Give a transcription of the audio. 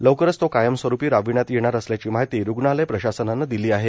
लवकरच तो कायमस्वरूपी राबविण्यात येणार असल्याची माहिती रुग्णालय प्रशासनाने दिली आहे